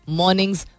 mornings